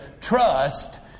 trust